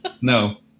No